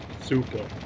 Super